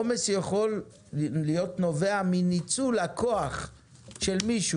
ועומס יכול להיות מניצול הכוח של מישהו